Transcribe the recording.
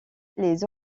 les